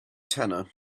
tenor